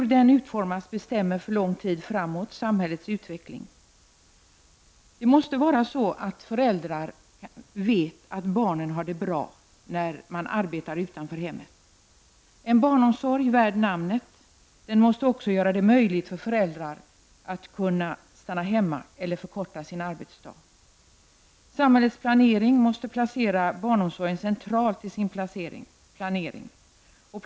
Hur den utformas bestämmer för lång tid framåt samhällets utveckling. Det måste vara så att föräldrarna vet att barnen har det bra när de arbetar utanför hemmet. En barnomsorg värd namnet måste också göra det möjligt för föräldrar att stanna hemma eller förkorta sin arbetsdag. I samhällets planering måste barnomsorgen placeras centralt.